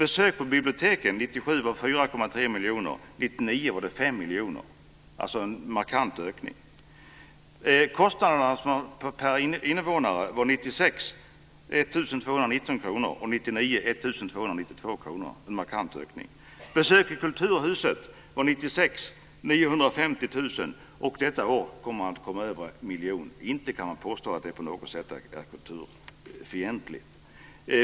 1999 var de 5 miljoner - en markant ökning. Kostnaderna per invånare var 1 219 kr år 1996 och 1 292 kr år 1999 - en markant ökning. Besöken i Kulturhuset var 950 000 år 1996. Detta år kommer de att bli över en miljon. Inte kan man påstå att detta på något sätt är kulturfientligt.